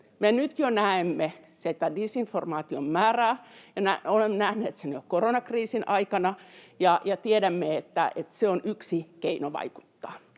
Me nyt jo näemme sen disinformaation määrän, olemme nähneet sen jo koronakriisin aikana, ja tiedämme, että se on yksi keino vaikuttaa.